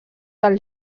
del